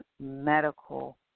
medical